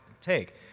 take